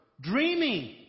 dreaming